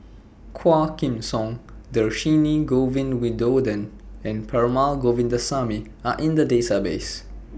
Quah Kim Song Dhershini Govin Winodan and Perumal Govindaswamy Are in The Database